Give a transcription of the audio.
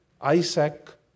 Isaac